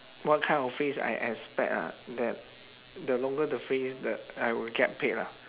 what kind of phrase I expect ah that the longer the phrase the I will get paid lah